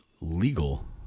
legal